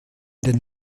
den